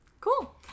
Cool